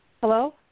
Hello